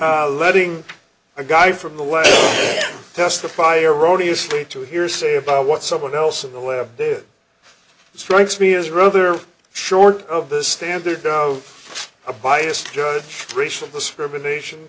letting a guy from the way testify erroneous lead to hearsay about what someone else in the web did strikes me as rather short of the standard of a biased judge racial discrimination